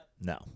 no